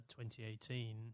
2018